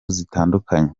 zitandukanye